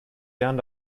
jahren